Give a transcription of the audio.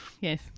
Yes